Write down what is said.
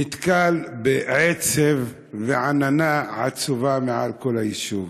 נתקל בעצב ועננה עצובה מעל כל היישוב: